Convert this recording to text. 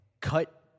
cut